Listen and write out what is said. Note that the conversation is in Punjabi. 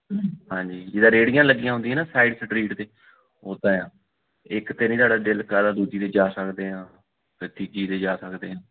ਹਾਂਜੀ ਜਿੱਦਾਂ ਰੇੜੀਆਂ ਲੱਗੀਆਂ ਹੁੰਦੀਆਂ ਨਾ ਸਾਈਡ ਸਟਰੀਟ 'ਤੇ ਉਦਾਂ ਏ ਆ ਇੱਕ ਤਾਂ ਜਿਹੜਾ ਤੁਹਾਡਾ ਦਿਲ ਕਰਦਾ ਦੂਜੀ ਦੇ ਜਾ ਸਕਦੇ ਹਾਂ ਅਤੇ ਤੀਜੀ 'ਤੇ ਜਾ ਸਕਦੇ ਹਾਂ